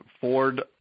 Ford